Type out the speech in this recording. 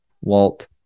Walt